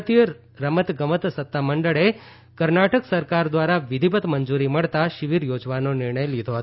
ભારતીય રમત ગમત સત્તામંડળે કર્ણાટક સરકાર દ્વારા વિધિવત્ મંજુરી મળતા શિબિર યોજવાનો નિર્ણય લીધો હતો